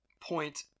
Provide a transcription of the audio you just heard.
point